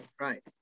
Right